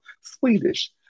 Swedish